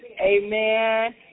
Amen